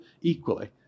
equally